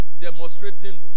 demonstrating